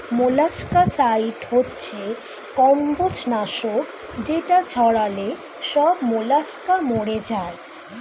molluscicide হচ্ছে কম্বোজ নাশক যেটা ছড়ালে সব মোলাস্কা মরে যায়